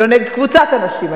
ולא נגד קבוצת אנשים,